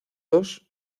dos